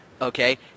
Okay